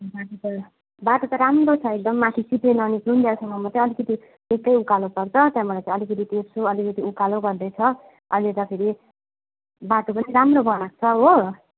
बाटो त राम्रो छ माथि चिप्ले ननिस्केनन्जेलसम्म मात्र अलिकति उकालो चढ्छ त्यहाँबाट चाहिँ अलिकति तेस्रो अलिकति उकालो गर्दै छ अहिले त फेरि बाटो पनि राम्रो बनाएको छ हो